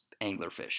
anglerfish